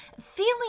feeling